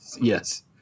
Yes